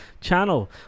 channel